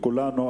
וכן כולנו.